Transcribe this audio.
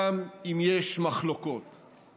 מסתכלים על תמונת המצב האזורית והעולמית.